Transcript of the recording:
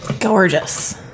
Gorgeous